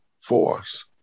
force